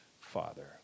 father